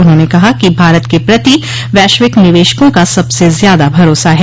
उन्होंने कहा कि भारत के प्रति वैश्विक निवेशकों का सबसे ज्यादा भरोसा है